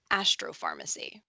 astropharmacy